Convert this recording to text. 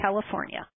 California